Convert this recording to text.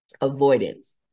avoidance